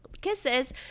kisses